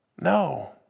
No